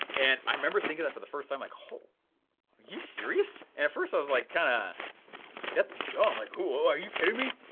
and, i remember thinking that for the first time, like, are you serious? and at first i was like kinda, like that's dumb, like, who, oh are you kidding me?